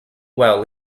while